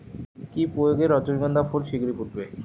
কি প্রয়োগে রজনীগন্ধা ফুল শিঘ্র ফুটবে?